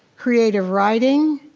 creative writing,